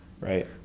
Right